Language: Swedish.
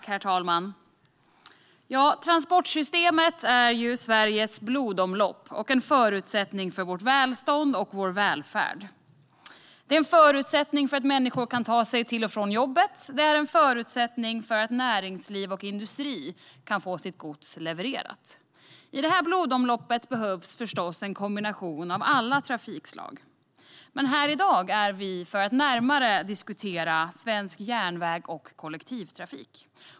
Herr talman! Transportsystemet är Sveriges blodomlopp och en förutsättning för vårt välstånd och vår välfärd. Det är en förutsättning för att människor ska kunna ta sig till och från jobbet, och det är en förutsättning för att näringsliv och industri ska kunna få sitt gods levererat. I det här blodomloppet behövs förstås en kombination av alla trafikslag. Men vi är här i dag för att närmare diskutera svensk järnväg och kollektivtrafik.